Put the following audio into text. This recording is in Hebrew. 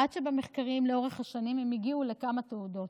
עד שבמחקרים לאורך השנים הם הגיעו לכמה תעודות: